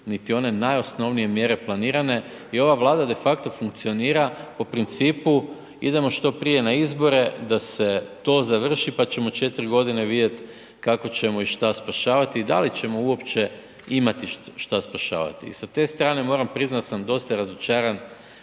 niti one najosnovnije mjere planirane i ova Vlada de facto funkcionira po principu idemo što prije na izbore da se to završi, pa ćemo 4.g. vidjet kako ćemo i šta spašavati i da li ćemo uopće imati šta spašavati. I sa te strane moram priznat da sam dosta razočaran,